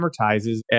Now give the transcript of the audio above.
amortizes